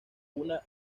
una